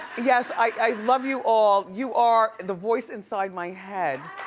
yes, i love you all. you are the voice inside my head.